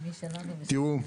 תראו,